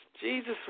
Jesus